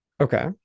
Okay